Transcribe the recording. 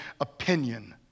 opinion